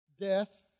Death